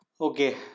Okay